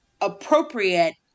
appropriate